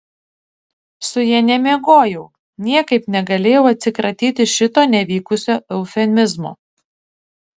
su ja nemiegojau niekaip negalėjau atsikratyti šito nevykusio eufemizmo